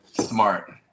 Smart